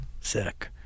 Sick